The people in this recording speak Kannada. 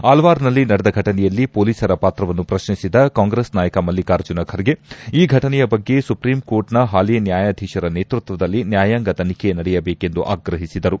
ಆಲ್ವಾರ್ನಲ್ಲಿ ನಡೆದ ಫಟನೆಯಲ್ಲಿ ಪೊಲೀಸರ ಪಾತ್ರವನ್ನು ಪ್ರಶ್ನಿಸಿದ ಕಾಂಗ್ರೆಸ್ ನಾಯಕ ಮಲ್ಲಿಕಾರ್ಜುನ ಖರ್ಗೆ ಈ ಫಟನೆಯ ಬಗ್ಗೆ ಸುಪ್ರೀಂ ಕೋರ್ಟ್ನ ಹಾಲಿ ನ್ಯಾಯಾಧೀಶರ ನೇತೃತ್ವದಲ್ಲಿ ನ್ಯಾಯಾಂಗ ತನಿಖೆ ನಡೆಯಬೇಕೆಂದು ಆಗ್ರಹಿಸಿದರು